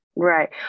Right